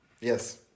Yes